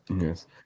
yes